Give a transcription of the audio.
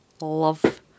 love